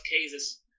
cases